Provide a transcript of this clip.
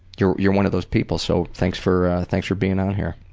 you're you're one of those people. so thanks for, thanks for being on on here.